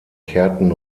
kehrten